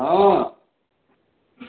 हँ